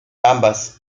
ambas